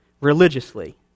religiously